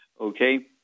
okay